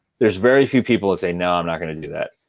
there's very few people that say, no, i'm not going to do that.